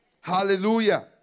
Hallelujah